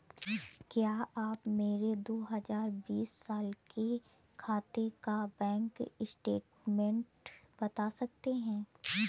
क्या आप मेरे दो हजार बीस साल के खाते का बैंक स्टेटमेंट बता सकते हैं?